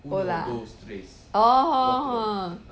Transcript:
orh